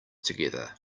together